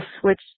switch